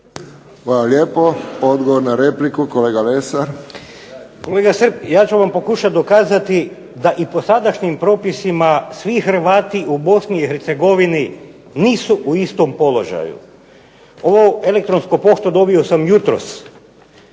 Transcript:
Hvala lijepo. Odgovor na repliku kolega Lesar. **Lesar, Dragutin (Nezavisni)** Kolega Srb, ja ću vam pokušati dokazati da i po sadašnjim propisima svi Hrvati u Bosni i Hercegovini nisu u istom položaju. Ovu elektronsku poštu dobio sam jutros.